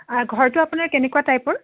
হয় ঘৰটো আপোনাৰ কেনেকুৱা টাইপৰ